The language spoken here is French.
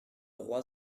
roi